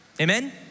Amen